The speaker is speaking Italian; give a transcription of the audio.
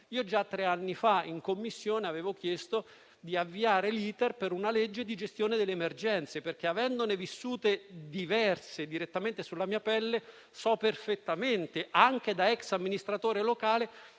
Già tre anni fa, in Commissione, avevo chiesto di avviare l'*iter* per una legge di gestione delle emergenze. Questo perché, avendone vissute diverse direttamente sulla mia pelle, so perfettamente, anche da *ex* amministratore locale,